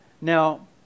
Now